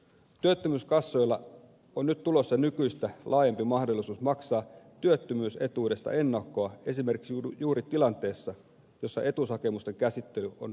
työttömyyskassoille on nyt tulossa nykyistä laajempi mahdollisuus maksaa työttömyysetuudesta ennakkoa esimerkiksi juuri tilanteessa jossa etuushakemusten käsittely on ruuhkautunut